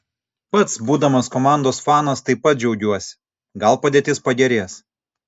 pats būdamas komandos fanas taip pat džiaugiuosi gal padėtis pagerės